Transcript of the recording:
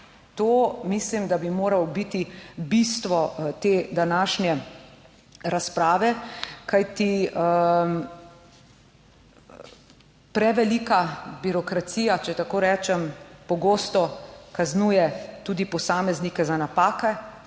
To mislim, da bi moralo biti bistvo te današnje razprave, kajti prevelika birokracija, če tako rečem, pogosto kaznuje tudi posameznike za napake,